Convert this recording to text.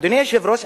אדוני היושב-ראש,